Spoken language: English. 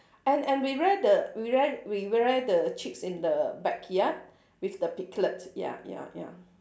and and we rear the we rear we rear the chicks in the backyard with the piglet ya ya ya